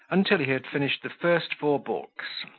until he had finished the first four books,